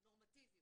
נורמטיביות.